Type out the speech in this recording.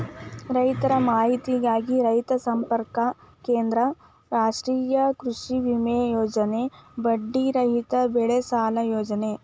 ರೈತರ ಮಾಹಿತಿಗಾಗಿ ರೈತ ಸಂಪರ್ಕ ಕೇಂದ್ರ, ರಾಷ್ಟ್ರೇಯ ಕೃಷಿವಿಮೆ ಯೋಜನೆ, ಬಡ್ಡಿ ರಹಿತ ಬೆಳೆಸಾಲ ಯೋಜನೆ